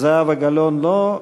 זהבה גלאון, לא.